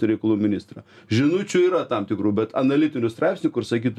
reikalų ministrą žinučių yra tam tikrų bet analitinių straipsnių kur sakyt